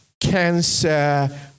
cancer